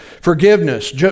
forgiveness